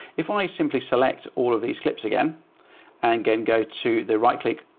if i simply select all of these clips again and again, go to the right click,